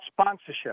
sponsorship